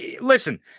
Listen